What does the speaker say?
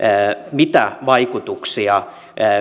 mitä vaikutuksia